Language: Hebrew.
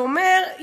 זה אומר,